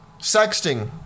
sexting